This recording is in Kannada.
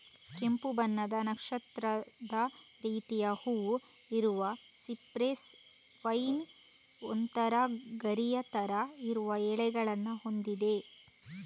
ಕೆಂಪು ಬಣ್ಣದ ನಕ್ಷತ್ರದ ರೀತಿಯ ಹೂವು ಇರುವ ಸಿಪ್ರೆಸ್ ವೈನ್ ಒಂತರ ಗರಿಯ ತರ ಇರುವ ಎಲೆಗಳನ್ನ ಹೊಂದಿದೆ